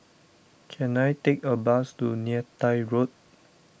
can I take a bus to Neythai Road